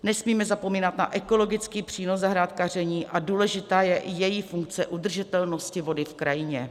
Nesmíme zapomínat na ekologický přínos zahrádkaření a důležitá je i jeho funkce udržitelnosti vody v krajině.